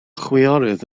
chwiorydd